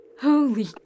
Holy